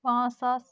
پانٛژھ ساس